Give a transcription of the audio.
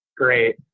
Great